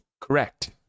correct